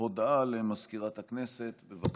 הודעה למזכירת הכנסת, בבקשה.